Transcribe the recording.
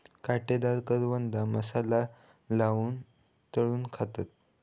काटेदार करवंदा मसाला लाऊन तळून खातत